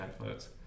adverts